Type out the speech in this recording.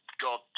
God